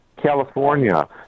California